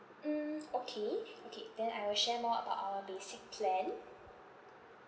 mm okay okay then I will share more about our basic plan